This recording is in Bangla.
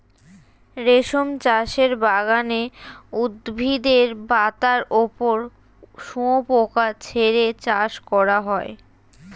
রেশম চাষের বাগানে উদ্ভিদের পাতার ওপর শুয়োপোকা ছেড়ে চাষ করা হয়